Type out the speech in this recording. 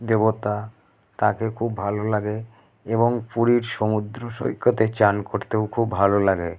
দেবতা তাকে খুব ভালো লাগে এবং পুরীর সমুদ্র সৈকতে স্নান করতেও খুব ভালো লাগে